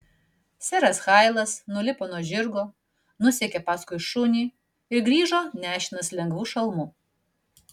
seras hailas nulipo nuo žirgo nusekė paskui šunį ir grįžo nešinas lengvu šalmu